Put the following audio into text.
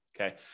okay